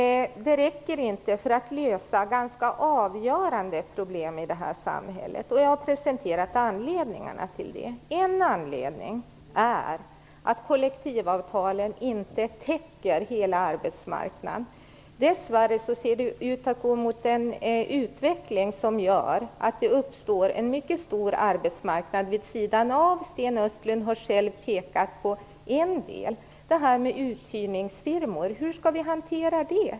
Det räcker inte för att lösa de ganska avgörande problemen i det här samhället. Jag har presenterat anledningarna till det. En anledning är att kollektivavtalen inte täcker hela arbetsmarknaden. Det ser dess värre ut att gå mot en utveckling där det uppstår en mycket stor arbetsmarknad vid sidan av. Sten Östlund har själv pekat på en del av detta, nämligen uthyrningsfirmor. Hur skall vi hantera det?